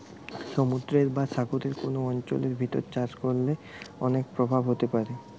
সমুদ্রের বা সাগরের কোন অঞ্চলের ভিতর চাষ করলে অনেক প্রভাব হতে পারে